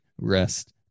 rest